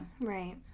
Right